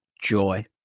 joy